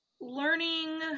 learning